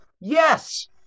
Yes